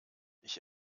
ich